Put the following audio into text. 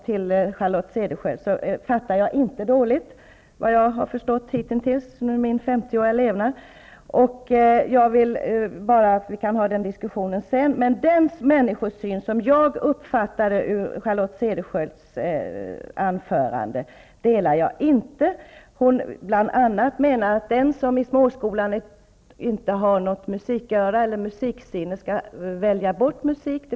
Till Charlotte Cederschiöld vill jag säga att jag inte fattar dåligt -- vad jag har förstått hittills under min 50-åriga levnad. Jag vill bara att vi tar den diskussionen sedan. Den människosyn som Charlotte Cederschiöld gav uttryck för i sitt anförande innebär bl.a. att den som i småskolan inte har musiköra skall välja bort musik.